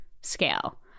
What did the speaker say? scale